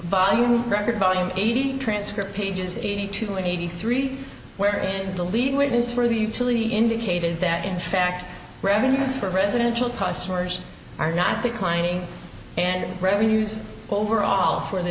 you record volume eighty transcript pages eighty two and eighty three where in the lead witness for the utility indicated that in fact revenues for residential customers are not declining and revenues overall for the